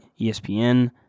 ESPN